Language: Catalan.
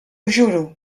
juro